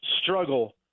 struggle